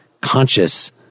conscious